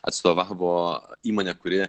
atstovavo įmonę kuri